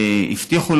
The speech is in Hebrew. הבטיחו,